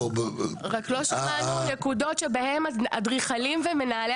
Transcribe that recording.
רק לא שמענו נקודות שבהם האדריכלים ומנהלי